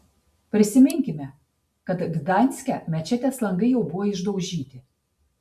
prisiminkime kad gdanske mečetės langai jau buvo išdaužyti